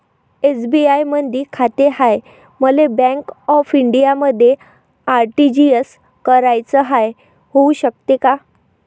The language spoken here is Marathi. एस.बी.आय मधी खाते हाय, मले बँक ऑफ इंडियामध्ये आर.टी.जी.एस कराच हाय, होऊ शकते का?